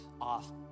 off